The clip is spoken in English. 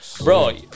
bro